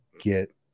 get